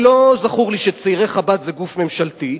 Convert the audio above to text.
לא זכור לי שצעירי חב"ד זה גוף ממשלתי,